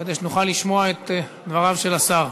כדי שנוכל לשמוע את דבריו של השר.